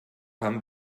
haben